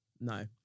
no